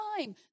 time